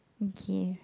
okay